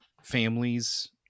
families